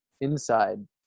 inside